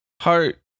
Heart